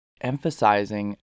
emphasizing